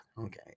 okay